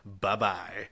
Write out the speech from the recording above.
Bye-bye